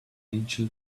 angel